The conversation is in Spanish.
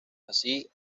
así